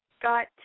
got